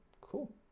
cool